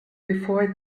before